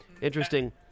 Interesting